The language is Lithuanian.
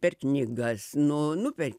per knygas nu nu per